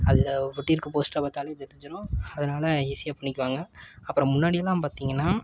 அதில் ஒட்டியிருக்க போஸ்டர் பார்த்தாலே தெரிஞ்சுடும் அதனால ஈஸியாக பண்ணிக்குவாங்க அப்புறம் முன்னாடியெல்லாம் பார்த்தீங்கன்னா